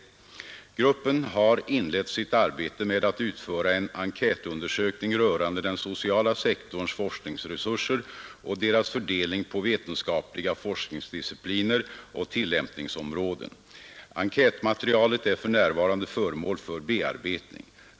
Gruppen har inlett sitt arbete med att utföra en enkätundersökning rörande den sociala sektorns forskningsresurser och deras fördelning på vetenskapliga forskningsdiscipliner och tillämpningsområden. Enkätmaterialet är för närvarande föremål för bearbetning.